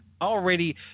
already